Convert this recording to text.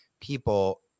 people